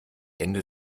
ende